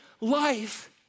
life